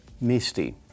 Misty